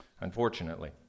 Unfortunately